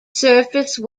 surface